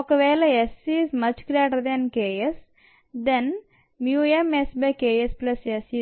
ఒకవేళ S≫KS then mSKSSmSSm